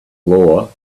law